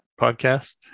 podcast